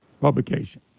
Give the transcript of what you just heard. publication